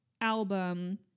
album